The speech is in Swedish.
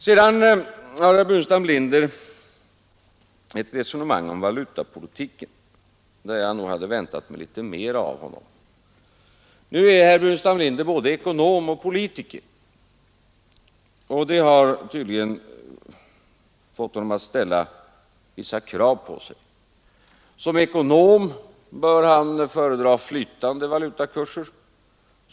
Sedan förde herr Burenstam Linder ett resonemang om valutapolitiken; där hade nog jag väntat mig litet mera av honom. Herr Burenstam Linder är både ekonom och politiker, och det har tydligen fått honom att ställa vissa krav på sig. Som ekonom bör han föredra flytande valutakurser.